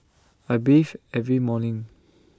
I bathe every morning